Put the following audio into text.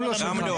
גם לא.